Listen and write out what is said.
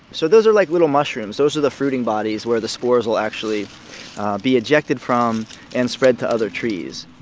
so those are like little mushrooms. those are the fruiting bodies where the spores will actually be ejected from and spread to other trees